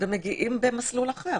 ומגיעים במסלול אחר.